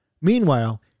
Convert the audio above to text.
Meanwhile